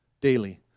daily